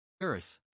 Earth